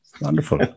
Wonderful